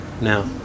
now